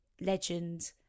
legend